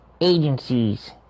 Agencies